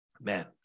Man